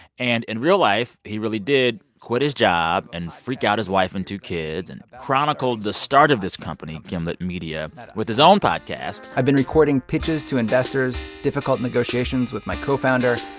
and in real life, he really did quit his job and freak out his wife and two kids and chronicled the start of this company, gimlet media, with his own podcast i'd been recording pitches to investors, difficult negotiations with my co-founder,